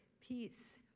peace